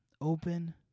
Open